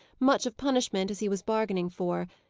much of punishment as he was bargaining for,